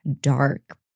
dark